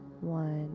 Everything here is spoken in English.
one